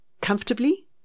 comfortably